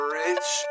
rich